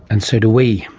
and so do we.